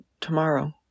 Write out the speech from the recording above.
tomorrow